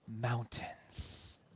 mountains